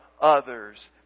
others